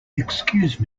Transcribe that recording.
excuse